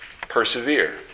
persevere